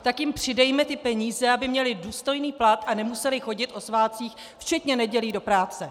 Tak jim přidejme ty peníze, aby měly důstojný plat a nemusely chodit o svátcích, včetně nedělí do práce.